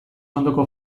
ondoko